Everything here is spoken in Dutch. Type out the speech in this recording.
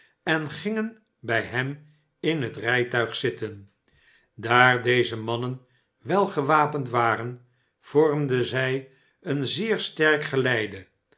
gingen bij hem in het rijtuig zitten daar deze mannen welgewapend waren vormden zij een zeer sterk geleide